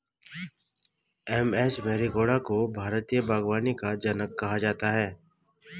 M H Marigowda को भारतीय बागवानी का जनक कहा जाता है